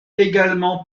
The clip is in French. également